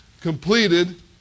completed